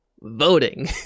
Voting